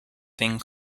thing